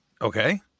Okay